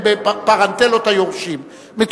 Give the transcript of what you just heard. הם בפרנטלות היורשים,